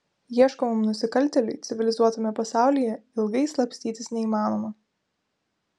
ieškomam nusikaltėliui civilizuotame pasaulyje ilgai slapstytis neįmanoma